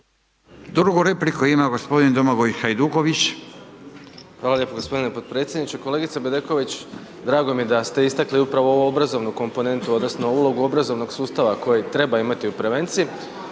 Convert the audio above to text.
Drugu repliku ima gospodin Domagoj Hajduković. **Hajduković, Domagoj (SDP)** Hvala lijepo gospodine podpredsjedniče, kolegica Bedeković drago mi je da ste istakli upravo ovu obrazovnu komponentu odnosno ulogu obrazovnog sustava koji treba imati u prevenciji